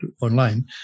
online